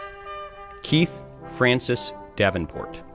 keith francis davenport,